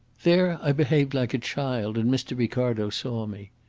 there i behaved like a child, and mr. ricardo saw me.